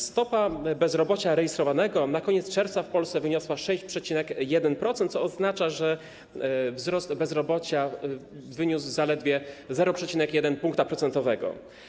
Stopa bezrobocia zarejestrowanego w Polsce na koniec czerwca wyniosła 6,1%, co oznacza, że wzrost bezrobocia wyniósł zaledwie 0,1 punktu procentowego.